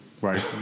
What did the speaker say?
Right